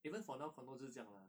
even for now condo 就是这样的啦